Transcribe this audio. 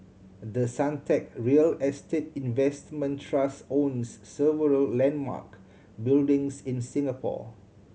the Suntec real estate investment trust owns several landmark buildings in Singapore